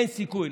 אין סיכוי,